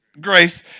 grace